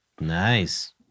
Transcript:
Nice